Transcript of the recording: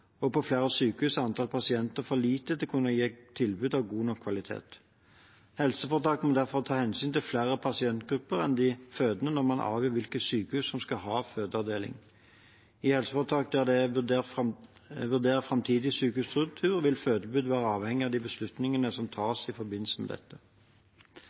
og på flere sykehus er antall pasienter for lite til å kunne gi tilbud av god nok kvalitet. Helseforetakene må derfor ta hensyn til flere pasientgrupper enn de fødende når man avgjør hvilke sykehus som skal ha fødeavdeling. I helseforetak der framtidig sykehusstruktur vurderes, vil fødetilbudet være avhengig av de beslutningene som tas i forbindelse med dette.